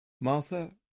Martha